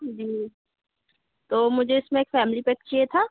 जी तो मुझे इसमें एक फैमली पैक चाहिए था